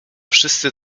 wszyscy